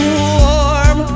warm